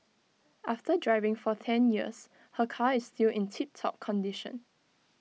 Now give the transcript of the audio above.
after driving for ten years her car is still in tip top condition